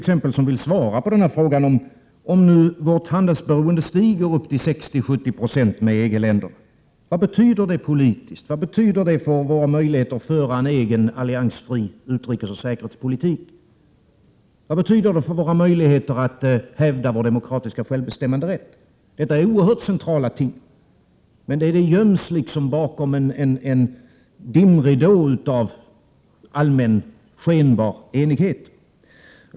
ingen som vill svara på frågan: Om Sveriges handelsberoende beträffande EG-länderna 59 stiger upp till 60-70 96, vad betyder det politiskt, för våra möjligheter att föra en egen, alliansfri utrikesoch säkerhetspolitik, för våra möjligheter att hävda vår demokratiska självbestämmanderätt? Detta är oerhört centrala ting, men de göms bakom en dimridå av allmän, skenbar enighet.